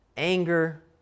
anger